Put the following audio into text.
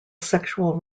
sexual